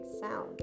sound